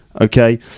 okay